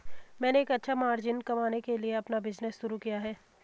मैंने एक अच्छा मार्जिन कमाने के लिए अपना बिज़नेस शुरू किया है